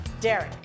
Derek